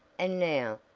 and now,